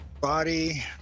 Body